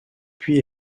puis